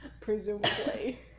Presumably